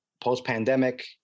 post-pandemic